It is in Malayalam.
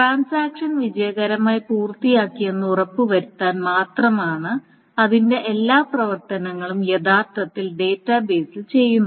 ട്രാൻസാക്ഷൻ വിജയകരമായി പൂർത്തിയാക്കിയെന്ന് ഉറപ്പുവരുത്താൻ മാത്രമാണ് അതിന്റെ എല്ലാ പ്രവർത്തനങ്ങളും യഥാർത്ഥത്തിൽ ഡാറ്റാബേസിൽ ചെയ്യുന്നത്